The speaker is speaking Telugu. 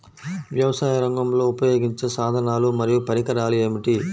వ్యవసాయరంగంలో ఉపయోగించే సాధనాలు మరియు పరికరాలు ఏమిటీ?